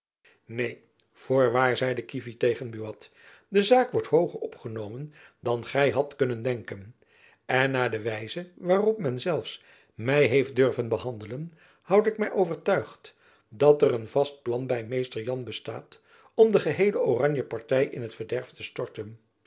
neen voorwaar zeide kievit tegen buat de zaak wordt hooger opgenomen dan gy hadt kunnen denken en naar de wijze waarop men zelfs my heeft durven behandelen houd ik my overtuigd dat er een vast plan by mr jan bestaat om de geheele oranje party in t verderf te storten